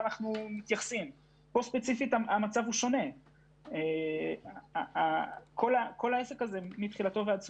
כאן המצב שונה, כל העסק הזה, מתחילתו ועד סופו,